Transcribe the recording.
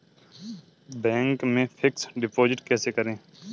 Bank में fix deposit कैसे करें?